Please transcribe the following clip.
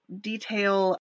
detail